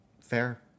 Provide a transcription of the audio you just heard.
fair